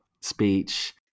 speech